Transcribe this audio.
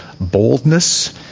boldness